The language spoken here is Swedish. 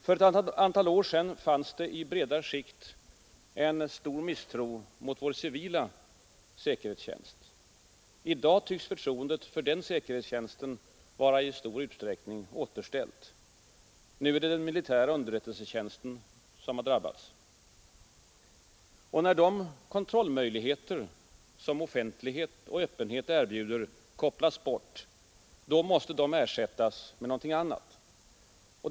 För ett antal år sedan fanns det i breda skikt en stor misstro mot vår civila säkerhetstjänst. I dag tycks förtroendet för den säkerhetstjänsten vara i stor utsträckning återställt. Nu är det den militära underrättelsetjänsten som har drabbats. När de kontrollmöjligheter som offentlighet och öppenhet erbjuder kopplas bort, måste de ersättas med något annat.